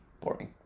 boring